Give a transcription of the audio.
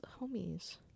homies